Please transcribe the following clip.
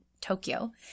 Tokyo